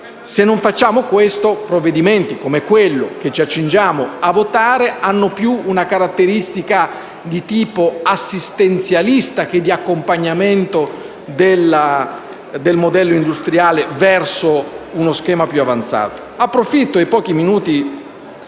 Se non facciamo questo, provvedimenti come quello che ci accingiamo a votare avranno più una caratteristica di tipo assistenzialista che di accompagnamento del modello industriale verso uno schema più avanzato.